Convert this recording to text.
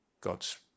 god's